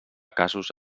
casos